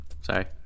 sorry